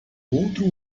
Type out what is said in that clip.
outro